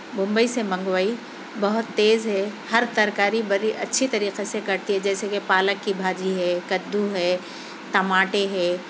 ممبئی سے منگوائی بہت تیز ہے ہر ترکاری بڑی اچھی طریقے سے کاٹتی ہے جیسے کہ پالک کی بھاجی ہے کدّو ہے ٹماٹر ہے